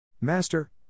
Master